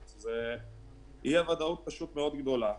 אי הוודאות מאוד גדולה.